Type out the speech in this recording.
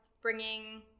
bringing